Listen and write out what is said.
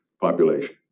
population